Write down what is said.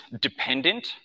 dependent